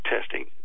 testing